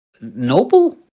noble